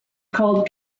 called